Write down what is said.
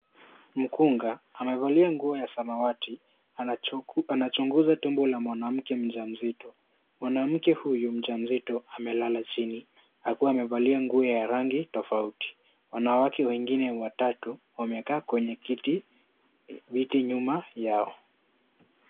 Mkunga amevalia nguo ya samawati anachunguza tumbo la mwanamke aliyemjamzito, mwanamke huyu mjamzito amelala chini, akiwa amevalia nguo ya rangi tofauti na wanawake wengine watatu wamekaa kwenye kiti viti nyuma yao.